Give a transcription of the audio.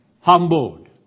Humbled